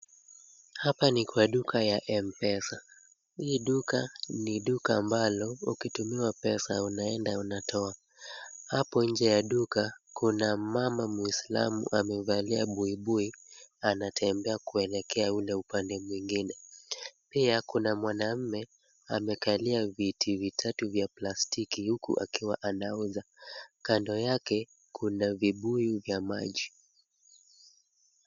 Hapa ni kwa duka ya M-PESA. Hii duka ni duka ambalo ukitumiwa pesa unaenda unatoa. Hapo nje ya duka kuna mmama muislamu amevalia buibui anatembea kuelekea ule upande mwingine. Pia, kuna mwanamme amekalia viti vitatu vya plastiki huku akiwa anauza. Kando yake kuna vibuyu vya maji.